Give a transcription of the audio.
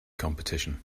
competition